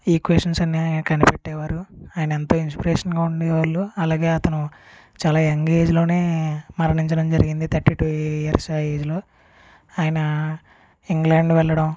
equations అన్ని కనిపెట్టేవారు ఆయన ఎంతో ఇన్స్పిరేషన్ గా ఉండేవాళ్ళు అలాగే అతను చాలా యంగేజ్ లోనే మరణించడం జరిగింది థర్టీ టూ ఈయర్స్ ఆ ఏజ్ లో ఆయన ఇంగ్లాండు వెళ్లడం